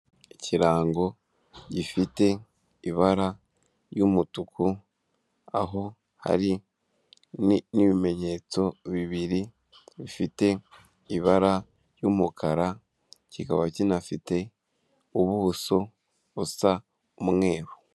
Ikirango gifite ibara ry'umutuku aho hari n'ibimenyetso bibiri bifite ibara ry'umukara kikaba kinafite ubuso busa umweru.